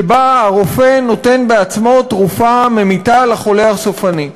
שבה הרופא נותן בעצמו תרופה ממיתה לחולה הסופני.